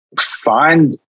find